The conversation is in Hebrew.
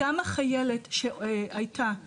גם החיילת שהייתה בדיון,